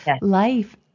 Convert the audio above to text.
life